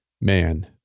Man